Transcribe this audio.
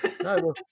No